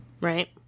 Right